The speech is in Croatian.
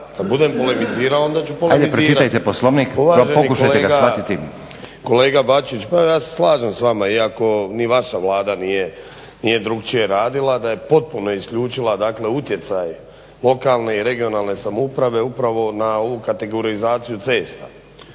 Kad budem polemizirao onda ću polemizirati. **Stazić, Nenad (SDP)** Ajde pročitajte Poslovnik, pokušajte ga shvatiti. **Vinković, Zoran (HDSSB)** Uvaženi kolega Bačić, ja se slažem s vama iako ni vaša Vlada nije drukčije radila, da je potpuno isključila dakle utjecaj lokalne i regionalne samouprave upravo na ovu kategorizaciju cesta